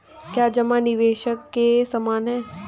क्या जमा निवेश के समान है?